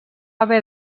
haver